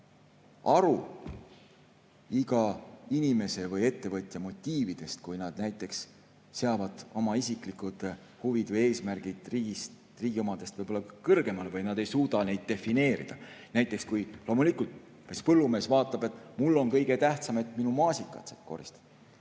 saan aru iga inimese või ettevõtja motiividest, kui nad näiteks seavad oma isiklikud huvid või eesmärgid riigi omadest võib-olla kõrgemale või nad ei suuda neid defineerida. Näiteks, loomulikult põllumees vaatab, et talle on kõige tähtsam, et maasikad saaks korjatud,